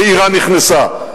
ואירן נכנסה,